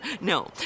no